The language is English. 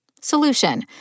Solution